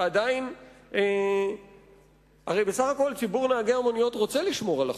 ועדיין הרי בסך הכול ציבור נהגי המוניות רוצה לשמור על החוק,